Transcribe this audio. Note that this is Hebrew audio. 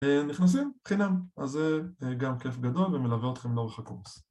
נכנסים? חינם! אז זה גם כיף גדול ומלווה אתכם לאורך הקורס